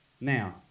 Now